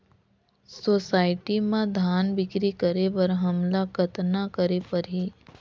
Society म धान बिक्री करे बर हमला कतना करे परही?